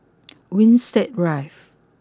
Winstedt Drive